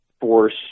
force